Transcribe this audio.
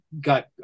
got